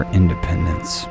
independence